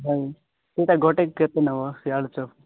ହଁ ସେଇଟା ଗୋଟେ କେତେ ନେବ ସେ ଆଳୁଚପ୍